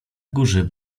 górze